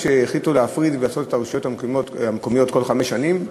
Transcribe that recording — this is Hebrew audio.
כשהחליטו להפריד ולעשות את הבחירות לרשויות המקומיות כל חמש שנים,